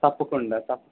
తప్పకుండా తప్పకుండా